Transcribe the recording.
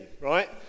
Right